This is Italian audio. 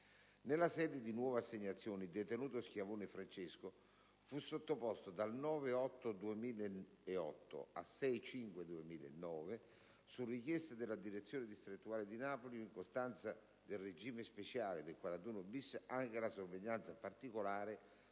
Nella sede di nuova assegnazione, il detenuto Schiavone Francesco fu sottoposto dal 9 agosto 2008 al 6 maggio 2009 - su richiesta della direzione distrettuale antimafia di Napoli ed in costanza del regime speciale del 41-*bis* - anche alla sorveglianza particolare